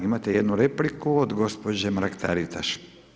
Da, imate jednu repliku od gospođe Mrak Taritaš.